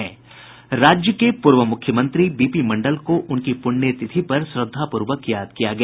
राज्य के पूर्व मुख्यमंत्री बीपी मंडल को उनकी पुण्यतिथि पर श्रद्वापूर्वक याद किया गया